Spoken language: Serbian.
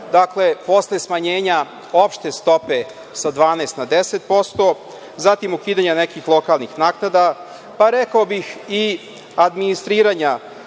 Dakle, posle smanjenja opšte stope sa 12% na 10%, zatim ukidanja nekih lokalnih naknada, pa rekao bih i administriranja